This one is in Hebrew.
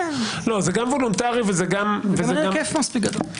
גם לא בהיקף מספיק גדול.